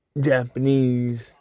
Japanese